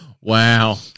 wow